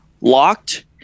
Locked